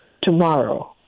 tomorrow